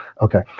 Okay